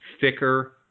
thicker